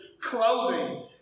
clothing